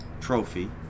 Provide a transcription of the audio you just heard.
trophy